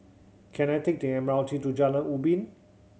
can I take the M R T to Jalan Ubin